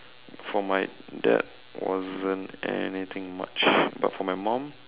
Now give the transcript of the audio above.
for my dad wasn't anything much but for my mom